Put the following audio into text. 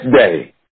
day